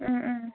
ꯎꯝ ꯎꯝ